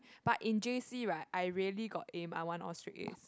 but in j_c right I really got aim I want all straight as